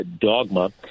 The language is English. dogma